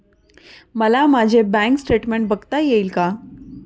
मला माझे bank statement बघता येईल का?